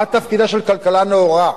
מה תפקידה של כלכלה נאורה?